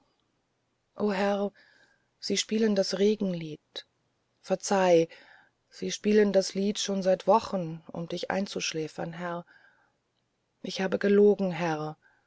sie spielen das regenlied verzeiht sie spielen das lied schon seit wochen um dich einzuschläfern herr ich habe gelogen herr